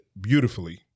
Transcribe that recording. Beautifully